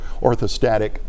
orthostatic